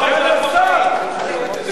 סליחה.